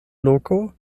loko